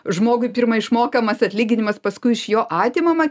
žmogui pirma išmokamas atlyginimas paskui iš jo atimama